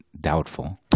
Doubtful